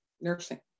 nursing